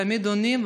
תמיד עונים,